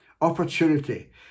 opportunity